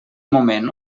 moment